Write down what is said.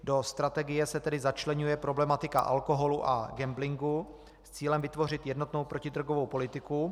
Do strategie se tedy začleňuje problematika alkoholu a gamblingu s cílem vytvořit jednotnou protidrogovou politiku.